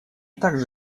также